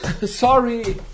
Sorry